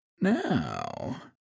Now